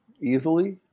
easily